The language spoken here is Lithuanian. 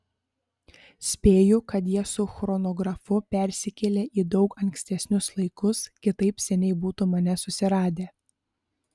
spėju kad jie su chronografu persikėlė į daug ankstesnius laikus kitaip seniai būtų mane susiradę